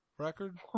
record